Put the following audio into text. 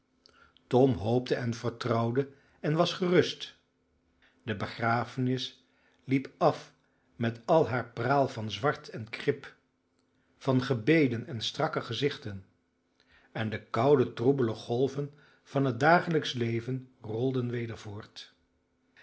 tom hoopte en vertrouwde en was gerust de begrafenis liep af met al haar praal van zwart en krip van gebeden en strakke gezichten en de koude troebele golven van het dagelijksch leven rolden weder voort